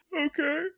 Okay